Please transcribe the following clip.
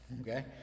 Okay